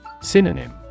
Synonym